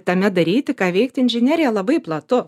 tame daryti ką veikti inžinerija labai platu